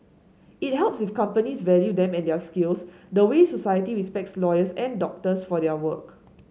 it helps if companies value them and their skills the way society respects lawyers and doctors for their work